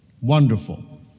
Wonderful